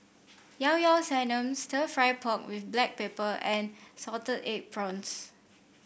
Llao Llao Sanum stir fry pork with Black Pepper and Salted Egg Prawns